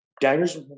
diners